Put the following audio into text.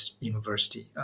University